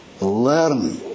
learn